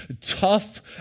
tough